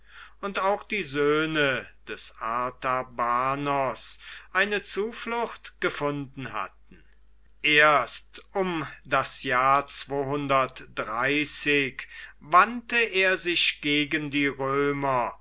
und auch die söhne des artabanos eine zuflucht gefunden hatten erst um das jahr wandte er sich gegen die römer